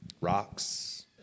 Rocks